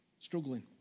struggling